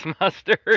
mustard